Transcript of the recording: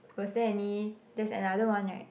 was there any there's another one right